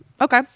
Okay